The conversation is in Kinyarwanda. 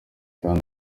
kandi